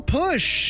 push